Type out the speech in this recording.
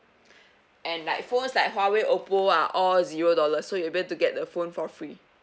and like phones like huawei oppo are all zero dollar so you'll be to get the phone for free